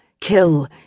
Kill